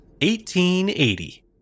1880